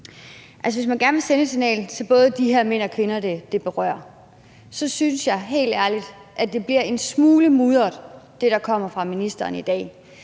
Hvis man gerne vil sende et signal til både de her mænd og kvinder, det berører, så synes jeg helt ærligt, at det, der kommer fra ministeren i dag,